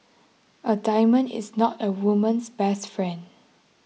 a diamond is not a woman's best friend